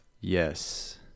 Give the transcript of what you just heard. Yes